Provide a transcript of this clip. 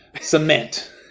cement